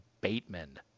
Bateman